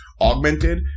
augmented